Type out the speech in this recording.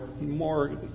more